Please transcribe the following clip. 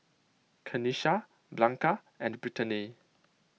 Kenisha Blanca and Brittnay